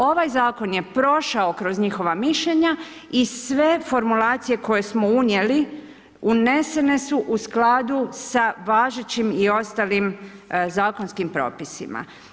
Ovaj zakon je prošao kroz njihova mišljenja i sve formulacije koje smo unijeli unesene su u skladu sa važećim i ostalim zakonskim propisima.